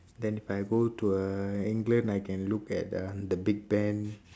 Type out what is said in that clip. then I go to uh england I can look at the the big ben